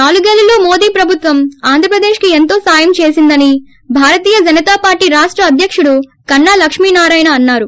నాలుగేళ్లలో మోదీ ప్రభుత్వం ఆంధ్రప్రదేశ్ కి ఎంతో సాయం చేసిందని భారతీయ జనతా పార్టీ రాష్ట అధ్యకుడు కన్నా లక్ష్మినారాయణ అన్నారు